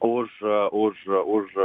už už už